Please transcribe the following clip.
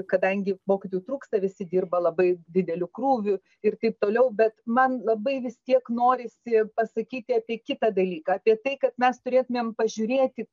kadangi mokytojų trūksta visi dirba labai dideliu krūviu ir taip toliau bet man labai vis tiek norisi pasakyti apie kitą dalyką apie tai kad mes turėtumėm pažiūrėti